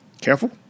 Careful